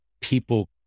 people